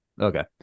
Okay